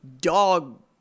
dog